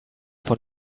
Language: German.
von